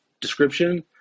description